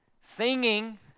Singing